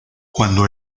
cuando